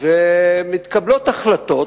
ומתקבלות החלטות,